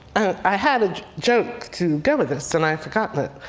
i had a joke to go with this and i forgot it.